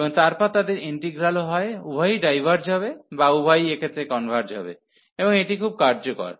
এবং তারপর তাদের ইন্টিগ্রালও হয় উভয়ই ডাইভার্জ হবে বা উভয়ই এক্ষেত্রে কনভার্জ হবে এবং এটি খুব কার্যকর